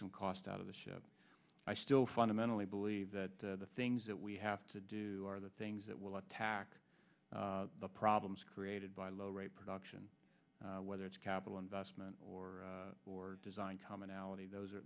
some cost out of the ship i still fundamentally believe that the things that we have to do are the things that will attack the problems created by low rate production whether it's capital investment or or design commonality those are